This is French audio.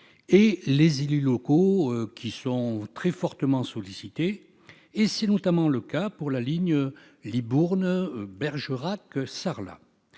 par les élus locaux, qui sont très fortement sollicités. C'est notamment le cas s'agissant de la ligne Libourne-Bergerac-Sarlat,